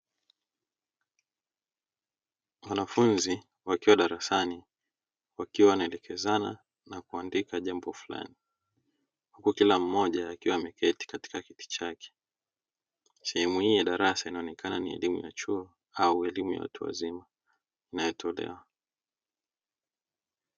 Wanafunzi wakiwa darasani wakiwa wanaelekezana na kuandika jambo fulani huku kila mmoja akiwa ameketi katika kiti chake. Sehemu hii ya darasa inaonekana ni elimu ya chuo au elimu ya watu wazima inayotolewa.